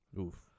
Oof